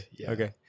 okay